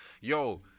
yo